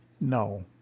no